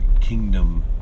kingdom